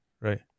right